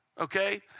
okay